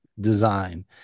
design